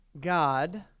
God